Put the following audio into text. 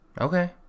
Okay